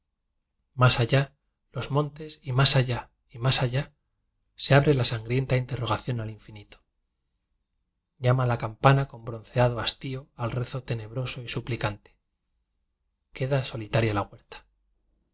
más allá los montes y nías allá y más allá se abre la sangrienta interrogación al infinito llama la campana con bronceado hastío al rezo tenebroso y suplicante queda solitaria la huerta